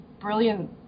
brilliant